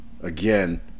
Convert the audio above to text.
again